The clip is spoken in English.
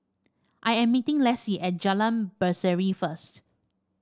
I am meeting Lessie at Jalan Berseri first